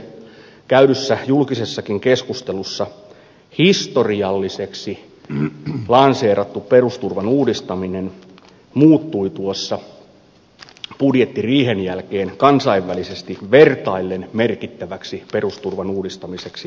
käydyssä julkisessakin keskustelussa historialliseksi lanseerattu perusturvan uudistaminen muuttui tuossa budjettiriihen jälkeen kansainvälisesti vertaillen merkittäväksi perusturvan uudistamiseksi muutokseksi